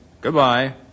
Goodbye